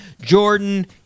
Jordan